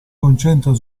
concentra